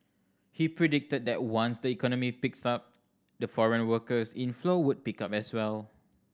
he predicted that once the economy picks up the foreign workers inflow would pick up as well